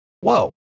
whoa